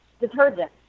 Detergent